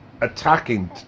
attacking